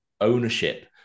ownership